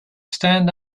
stand